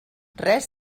res